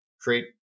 create